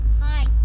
Hi